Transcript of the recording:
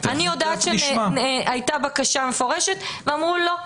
אני יודעת שהיתה בקשה מפורשת ואמרו לא.